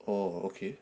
oh okay